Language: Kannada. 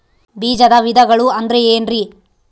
ಬೇಜದ ವಿಧಗಳು ಅಂದ್ರೆ ಏನ್ರಿ?